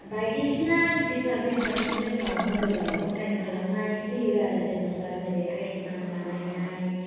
बायदिसिना बिभाग बिभागनि जोंनियाव मबेलआव अनलाइन खालामनाय होयो आरो जेन'बा जेरै आयुष्मान बानायनाय